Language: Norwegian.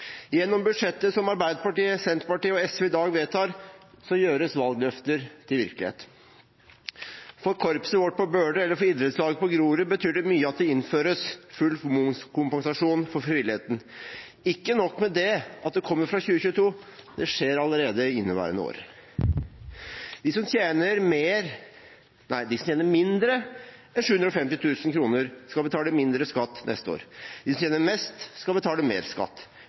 Gjennom budsjettet som Arbeiderpartiet, Senterpartiet og SV i dag vedtar, gjøres valgløfter til virkelighet: For korpset vårt på Bøler eller for idrettslaget på Grorud betyr det mye at det innføres full momskompensasjon for frivilligheten. Ikke nok med at det kommer fra 2022, det skjer allerede i inneværende år. De som tjener mindre enn 750 000 kr, skal betale mindre skatt neste år. De som tjener mest, skal betale mer skatt.